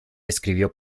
escribió